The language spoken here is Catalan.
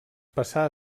passà